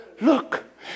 look